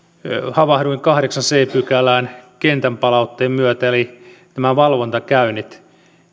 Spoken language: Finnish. havahduin kahdeksanteen c pykälään kentän palautteen myötä eli nämä valvontakäynnit